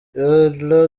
ella